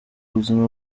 buzima